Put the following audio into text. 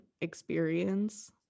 experience